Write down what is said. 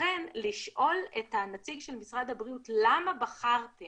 לכן לשאול את הנציג של משרד הבריאות: למה בחרתם